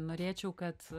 norėčiau kad